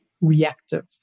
reactive